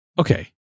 okay